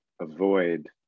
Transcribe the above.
avoid